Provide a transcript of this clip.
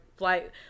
flight